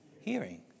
hearing